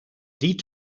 die